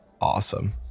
awesome